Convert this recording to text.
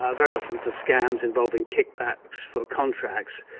ah very often for scams involving kickbacks for contracts.